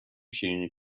شیرینی